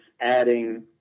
adding